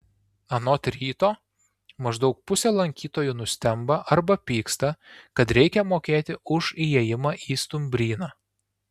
anot ryto maždaug pusė lankytojų nustemba arba pyksta kad reikia mokėti už įėjimą į stumbryną